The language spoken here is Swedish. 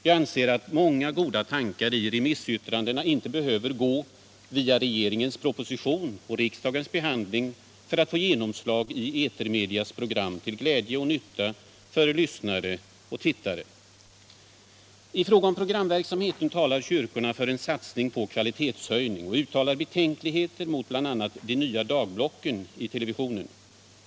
Jag anser att många goda tankar i remissyttrandena inte behöver gå via regeringens proposition och riksdagens behandling för att få genomslag i etermedias program till glädje och nytta för lyssnare och tittare. I fråga om programverksamheten talar kyrkorna för en satsning på kvalitetshöjning och uttalar betänkligheter mot bl.a. de nya dagblocken i TV.